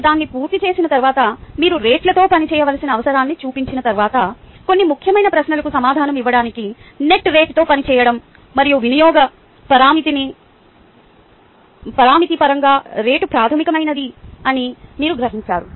మీరు దాన్ని పూర్తి చేసిన తర్వాత మీరు రేట్లతో పని చేయవలసిన అవసరాన్ని చూపించిన తర్వాత కొన్ని ముఖ్యమైన ప్రశ్నలకు సమాధానం ఇవ్వడానికి నెట్ రేటుతో పనిచేయడం మరియు వినియోగ పరామితి పరంగా రేటు ప్రాథమికమైనదని మీరు గ్రహించారు